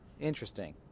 Interesting